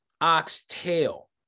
Oxtail